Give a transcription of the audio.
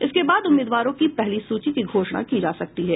इसके बाद उम्मीदवारों की पहली सूची की घोषणा की जा सकती है